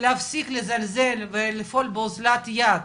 להפסיק לזלזל ולפעול באוזלת יד